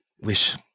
wish